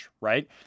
right